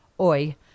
Oi